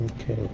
Okay